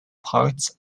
part